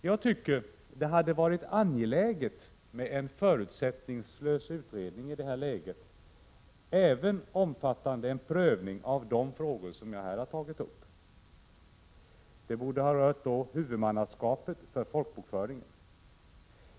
Jag tycker att det hade varit angeläget i det här läget med en förutsättningslös utredning omfattande även en prövning av de frågor som jag har tagit upp här. Det borde ha gällt huvudmannaskapet för folkbokföringen.